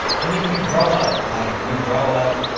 i mean, you grow up. like you grow up,